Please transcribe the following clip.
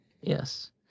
Yes